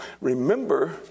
remember